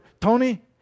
Tony